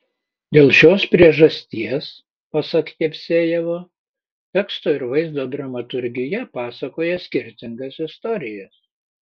dėl šios priežasties pasak jevsejevo teksto ir vaizdo dramaturgija pasakoja skirtingas istorijas